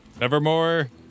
Nevermore